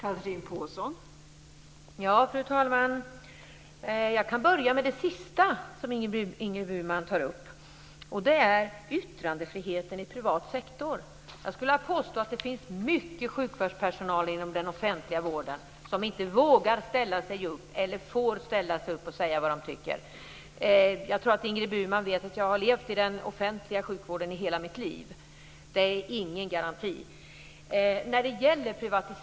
Fru talman! Jag ska börja med det sista som Ingrid Burman tar upp, och det gäller yttrandefriheten i privat sektor. Jag vill påstå att det finns många sjukvårdsanställda inom den offentliga vården som inte vågar eller får säga vad de tycker. Jag förmodar att Ingrid Burman vet att jag har verkat i den offentliga sjukvården i hela mitt liv. Offentlig sjukvård är ingen garanti för yttrandefrihet.